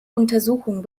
untersuchung